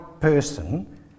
person